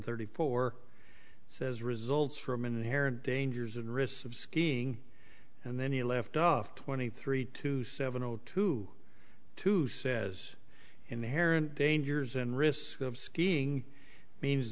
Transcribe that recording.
thirty four says results from an inherent dangers and risks of skiing and then you left off twenty three two seven zero two two says inherent dangers and risk of skiing means